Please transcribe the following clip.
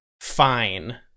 fine